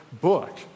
book